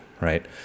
right